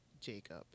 Jacob